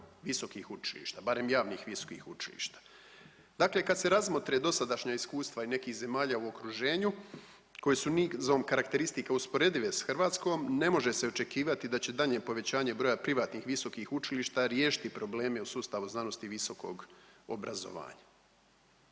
visokih učilišta barem javnih visokih učilišta. Dakle, kad se razmotre dosadašnja iskustva i nekih zemalja u okruženju koje su nizom karakteristika usporedive sa Hrvatskom ne može se očekivati da će daljnje povećanje broja privatnih visokih učilišta riješiti probleme u sustavu znanosti i visokog obrazovanja.